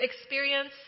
experience